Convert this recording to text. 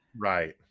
right